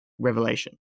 revelation